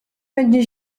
będzie